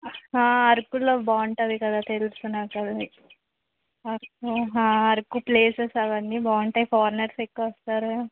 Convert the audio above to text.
అరకులో బాగుంటుంది కదా తెలుసు నాకు అది అబ్బో ఆ అరకు ప్లేసెస్ అవన్నీ బాగుంటాయి ఫారెనర్స్ ఎక్కువ వస్తారు